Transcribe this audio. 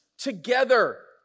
Together